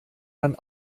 dann